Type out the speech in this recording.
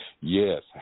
Yes